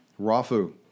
Rafu